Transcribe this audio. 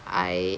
I